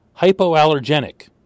hypoallergenic